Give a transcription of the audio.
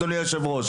אדוני היושב ראש,